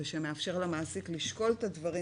שמאפשר למעסיק לשקול את הדברים,